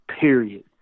period